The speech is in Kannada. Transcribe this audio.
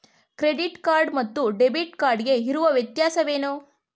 ಕ್ರೆಡಿಟ್ ಕಾರ್ಡ್ ಮತ್ತು ಡೆಬಿಟ್ ಕಾರ್ಡ್ ಗೆ ಇರುವ ವ್ಯತ್ಯಾಸವೇನು?